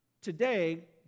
today